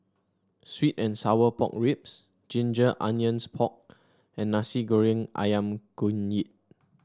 sweet and Sour Pork Ribs Ginger Onions Pork and Nasi Goreng ayam kunyit